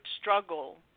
struggle